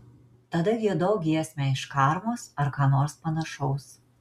tada giedok giesmę iš karmos ar ką nors panašaus